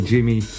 Jimmy